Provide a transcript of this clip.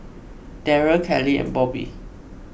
Derrell Kelly and Bobby